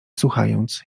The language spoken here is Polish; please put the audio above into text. słuchając